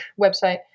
website